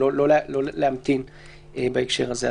ולא להמתין בהקשר הזה.